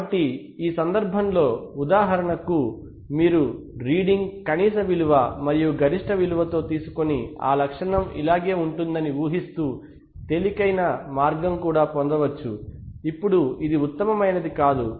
కాబట్టి ఈ సందర్భంలో ఉదాహరణకు మీరు రీడింగ్ కనీస విలువ మరియు గరిష్ట విలువతో తీసుకొని ఆ లక్షణం ఇలాగే ఉంటుందని ఊహిస్తూ తేలికైన మార్గంగా కూడా పొందవచ్చు ఇప్పుడు ఇది ఉత్తమమైనది కాదు